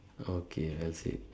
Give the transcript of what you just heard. okay that's it